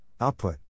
output